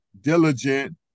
diligent